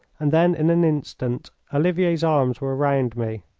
and then in an instant olivier's arms were round me,